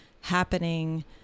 happening